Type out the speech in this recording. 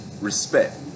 respect